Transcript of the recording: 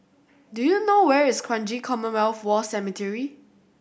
do you know where is Kranji Commonwealth War Cemetery